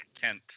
Kent